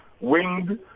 winged